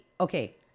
okay